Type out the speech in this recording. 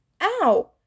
ow